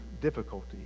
difficulty